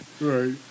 Right